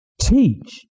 Teach